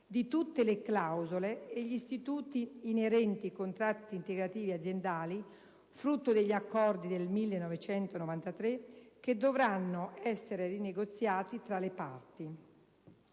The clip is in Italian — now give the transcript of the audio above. di tutte le clausole e gli istituti inerenti i contratti integrativi aziendali frutto degli accordi del 1993, che dovranno essere rinegoziati tra le parti;